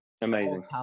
amazing